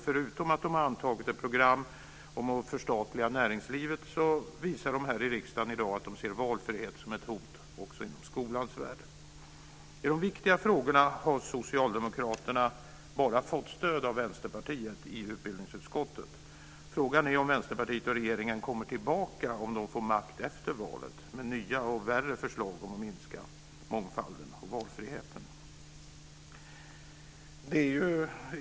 Förutom att de har antagit ett program om att förstatliga näringslivet, visar de här i riksdagen i dag att de ser valfrihet som ett hot också inom skolans värld. I de viktiga frågorna har Socialdemokraterna fått stöd bara av Vänsterpartiet i utbildningsutskottet. Frågan är om Vänsterpartiet och regeringen kommer tillbaka, om de får makt efter valet, med nya och värre förslag om att minska mångfalden och valfriheten.